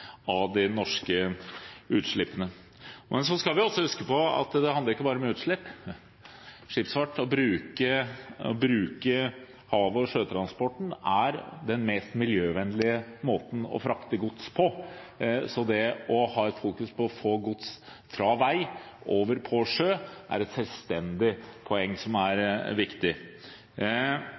av de norske utslippene. Men vi skal også huske på at det handler ikke bare om utslipp. Skipsfart – å bruke havet og sjøtransporten – er den mest miljøvennlige måten å frakte gods på, så det å fokusere på å få gods fra vei og over på sjø er et selvstendig poeng som er viktig.